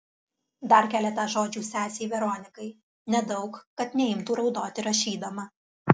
dar keletą žodžių sesei veronikai nedaug kad neimtų raudoti rašydama